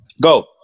Go